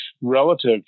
relative